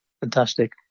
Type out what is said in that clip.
Fantastic